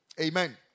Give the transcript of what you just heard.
Amen